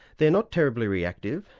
they're not terribly reactive,